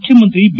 ಮುಖ್ಯಮಂತ್ರಿ ಬಿ